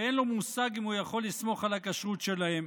ואין לו מושג אם הוא יכול לסמוך על הכשרות שלהם.